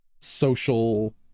social